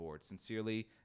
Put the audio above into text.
Sincerely